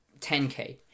10k